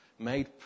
made